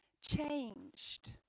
changed